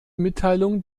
mitteilung